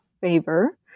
favor